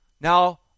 Now